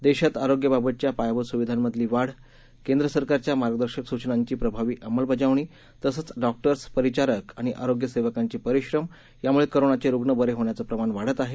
देशात आरोग्याबाबतच्या पायाभूत सुविधांमधली वाढ केंद्रसरकारच्या मार्गदर्शक सूचनांची प्रभावी अंमलबजावणी तसंच डॉक्टर्स परिचारक आणि आरोग्य सेवकांचे परिश्रम यामुळे कोरोनाचे रुग्ण बरे होण्याचं प्रमाण वाढत आहे